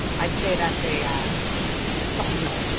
i'd say that's a sauvignon.